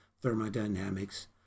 thermodynamics